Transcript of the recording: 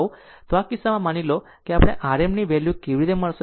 તો આ કિસ્સામાં માનો કે હવે આપણને r m ની વેલ્યુ કેવી રીતે મળશે